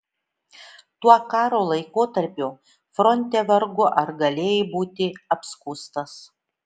tuo karo laikotarpiu fronte vargu ar galėjai būti apskųstas